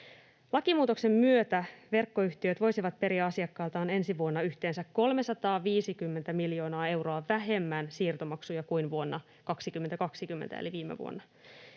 Lakimuutoksen myötä verkkoyhtiöt voisivat periä asiakkailtaan ensi vuonna yhteensä 350 miljoonaa euroa vähemmän siirtomaksuja kuin vuonna 2020 eli viime vuonna.